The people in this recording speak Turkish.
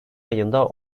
ayında